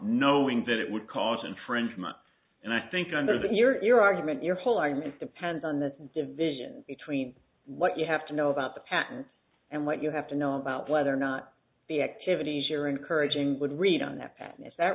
knowing that it would cause infringement and i think under the your argument your whole argument depends on the division between what you have to know about the patents and what you have to know about whether or not the activities you're encouraging would read on that is that